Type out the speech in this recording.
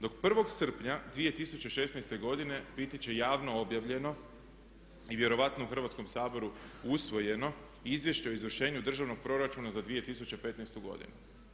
Dok 1.srpnja 2016.godine biti će javno objavljeno i vjerojatno u Hrvatskom saboru usvojeno izvješće o izvršenju državnog proračuna za 2015.godinu.